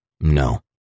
No